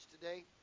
today